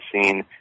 seen